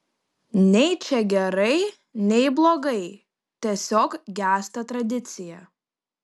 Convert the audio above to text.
nei čia gerai nei blogai tiesiog gęsta tradicija